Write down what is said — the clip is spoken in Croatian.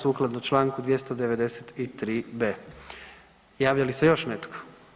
Sukladno čl. 293.b. Javlja li se još netko?